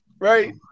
right